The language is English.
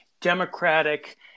democratic